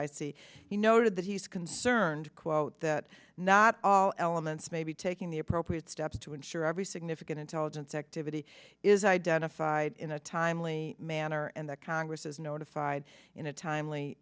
he noted that he's concerned quote that not all elements may be taking the appropriate steps to ensure every significant intelligence activity is identified in a timely manner and that congress is notified in a timely